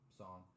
song